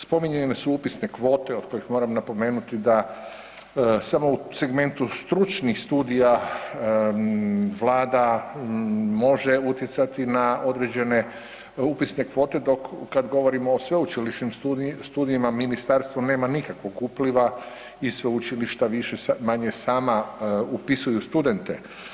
Spominjane su upisne kvote od kojih moram napomenuti da samo u segmentu stručnih studija Vlada može utjecati na određene upisne kvote, dok kad govorimo o sveučilišnim studijima ministarstvo nema nikakvog upliva i sveučilišta više-manje sama upisuju studente.